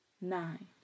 nine